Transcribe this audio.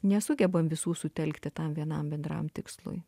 nesugebam visų sutelkti tam vienam bendram tikslui